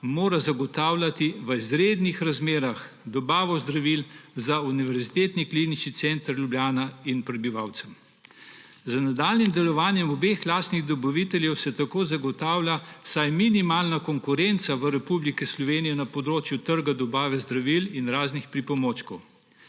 zagotavljati v izrednih razmerah dobavo zdravil za Univerzitetni klinični center Ljubljana in prebivalcem. Za nadaljnje delovanje obeh lastnih dobaviteljev se tako zagotavlja vsaj minimalna konkurenca v Republiki Sloveniji na področju trga dobave zdravil in raznih pripomočkov,